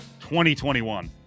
2021